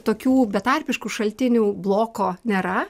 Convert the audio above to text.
tokių betarpiškų šaltinių bloko nėra